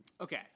Okay